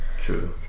True